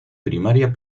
primaria